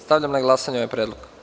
Stavljam na glasanje ovaj predlog.